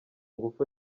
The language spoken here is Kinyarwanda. ngufu